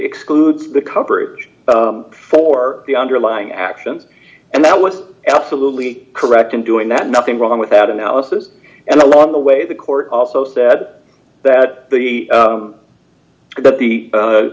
excludes because average for the underlying actions and that was absolutely correct in doing that nothing wrong with that analysis and along the way the court also said that the that the